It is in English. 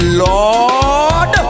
lord